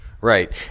Right